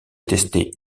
tester